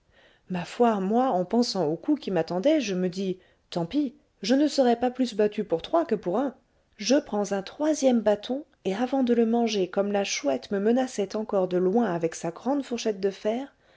ma foi moi en pensant aux coups qui m'attendaient je me dis tant pis je ne serai pas plus battue pour trois que pour un je prends un troisième bâton et avant de le manger comme la chouette me menaçait encore de loin avec sa grande fourchette de fer